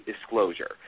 disclosure